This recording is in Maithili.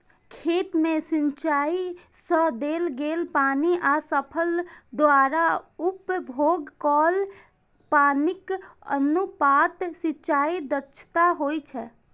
खेत मे सिंचाइ सं देल गेल पानि आ फसल द्वारा उपभोग कैल पानिक अनुपात सिंचाइ दक्षता होइ छै